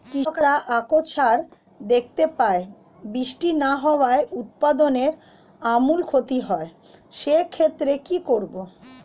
কৃষকরা আকছার দেখতে পায় বৃষ্টি না হওয়ায় উৎপাদনের আমূল ক্ষতি হয়, সে ক্ষেত্রে কি করব?